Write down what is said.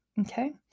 Okay